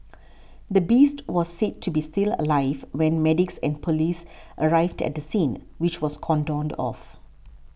the beast was said to be still alive when medics and police arrived at the scene which was cordoned off